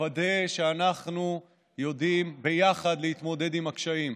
לוודא שאנחנו יודעים ביחד להתמודד עם הקשיים.